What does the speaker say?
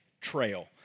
trail